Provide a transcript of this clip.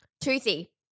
Toothy